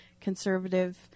conservative